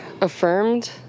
affirmed